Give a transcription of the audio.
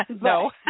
no